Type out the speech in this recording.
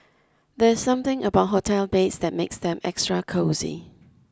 there's something about hotel beds that makes them extra cosy